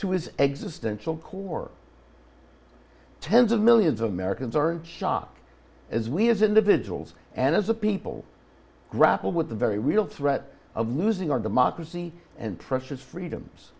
to his existential core tens of millions of americans are shocked as we as individuals and as a people grapple with the very real threat of losing our democracy and precious freedoms